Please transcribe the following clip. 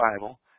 Bible